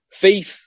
faith